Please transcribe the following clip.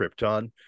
Krypton